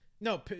no